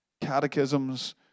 catechisms